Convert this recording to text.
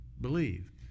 believe